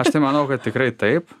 aš tai manau kad tikrai taip